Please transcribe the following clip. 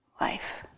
life